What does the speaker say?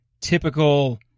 typical